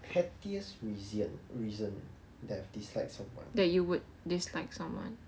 pettiest reason reason that I dislike someone